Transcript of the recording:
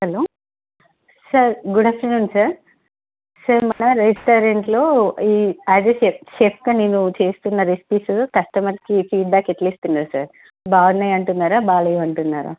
hello sir good afternoon sir sir మన రెస్టారెంట్లో ఈ యాస్ ఏ చెఫ్గా నేను చేస్తున్న రెసిపీస్ కస్టమర్కి ఫీడ్బ్యాక్ ఎట్లా ఇస్తున్నారు సార్ బాగున్నాయి అంటున్నరా బాలేవు అంటున్నరా